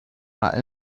not